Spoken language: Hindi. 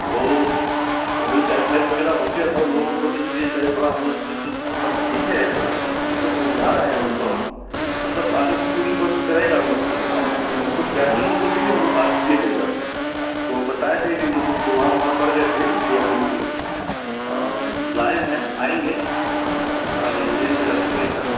वह वही टाइफाइड वगैरह हो गया था उन लोगों को तो इसलिए जो है थोड़ा हमने सोचकर मतलब देखे तो तो समझा रहे हैं उनको हम मतलब आने की पूरी कोशिश करेगा वो लोग सर हम उनके कुछ गार्जियन लोगों से भी हम बात किए थे सर तो वो बताए थे कि जो कुछ बीमार उमार पड़ गए थे इसलिए हम उनको बुलाए हैं आएँगे थोड़ा मेंटेन में रखेंगे सर